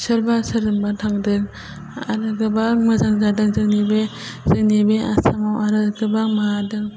सोरबा सोरजोंबा थादों आरो गोबां मोजां जादों जोंनि बे जोंनि बे आसामाव आरो गोबां मायादों